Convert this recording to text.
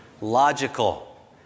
Logical